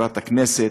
מזכירת הכנסת,